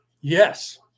Yes